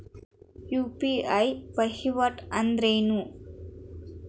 UPI ವಹಿವಾಟ್ ಅಂದ್ರೇನು?